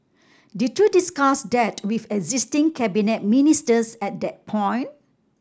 did you discuss that with existing cabinet ministers at that point